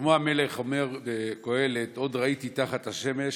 שלמה המלך אומר בקהלת: "ועוד ראיתי תחת השמש